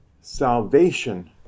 salvation